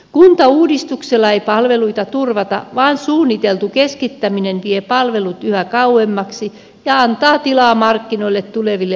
kuntauudistuksella ei palveluita turvata vaan suunniteltu keskittäminen vie palvelut yhä kauemmaksi ja antaa tilaa markkinoille tuleville monikansallisille yrityksille